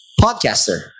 podcaster